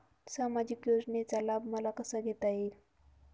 सामाजिक योजनेचा लाभ मला कसा घेता येईल?